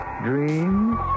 dreams